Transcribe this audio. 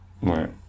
Right